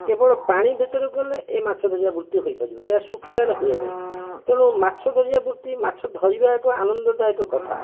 କେବଳ ପାଣି ଭିତରକୁ ଗଲେ ଏହି ମାଛ ଧରିବା ବୃତ୍ତି ହୋଇପାରିବ ଇଏ ଶୁଖିଲାରେ ହୁଏ ନାହିଁ ତେଣୁ ମାଛ ଧରିବା ବୃତ୍ତି ମାଛ ଧରିବା ଏକ ଆନନ୍ଦଦାୟକ କଥା